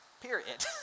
period